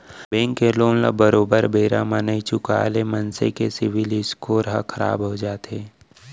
bank के loan ल बरोबर बेरा म नइ चुकाय ले मनसे के सिविल स्कोर ह खराब हो जाथे